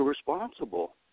responsible